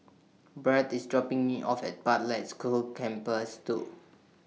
Brandt IS dropping Me off At Pathlight School Campus two